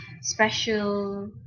special